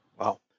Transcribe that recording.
Wow